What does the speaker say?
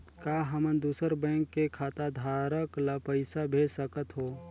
का हमन दूसर बैंक के खाताधरक ल पइसा भेज सकथ हों?